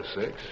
Six